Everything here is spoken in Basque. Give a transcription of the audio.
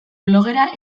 blogera